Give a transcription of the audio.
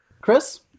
Chris